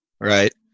right